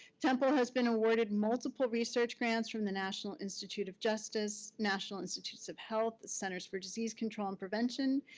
temple has been awarded multiple research grants from the national institute of justice, national institutes of health, centers for disease control and prevention.